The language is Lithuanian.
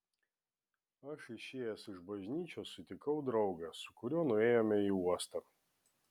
aš išėjęs iš bažnyčios sutikau draugą su kuriuo nuėjome į uostą